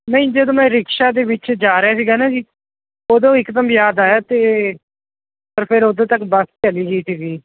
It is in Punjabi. ਨਹੀਂ ਜਦੋਂ ਮੈਂ ਰਿਕਸ਼ਾ ਦੇ ਵਿੱਚ ਜਾ ਰਿਹਾ ਸੀਗਾ ਨਾ ਜੀ ਉਦੋਂ ਇੱਕਦਮ ਯਾਦ ਆਇਆ ਅਤੇ ਪਰ ਫਿਰ ਉਦੋਂ ਤੱਕ ਬੱਸ ਚੱਲੀ ਗਈ ਸੀਗੀ